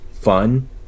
fun